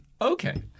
Okay